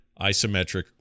isometric